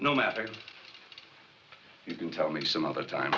no matter you can tell me some other time